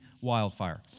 wildfire